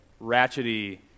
ratchety